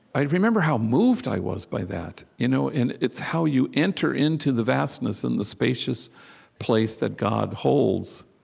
i remember how moved i was by that. you know and it's how you enter into the vastness and the spacious place that god holds.